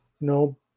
No